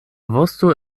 vosto